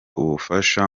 ubufasha